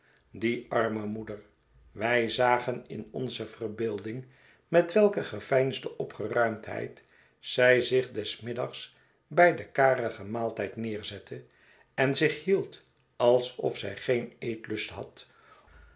die arme moeder i wij zagen in onze verbeelding met welke geveinsde opgeruimdheid zij zich des middags bij den karigen maalt'yd neerzette en zich hield alsof zij geen eetlust had